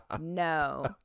No